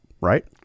right